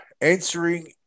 answering